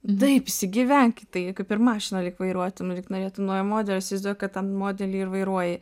taip įsigyvenk į tai kaip ir mašiną lyg vairuotum ir lyg norėtum naujo modelio įsivaizduok kad tą modelį ir vairuoji